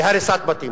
להריסת בתים.